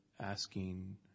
asking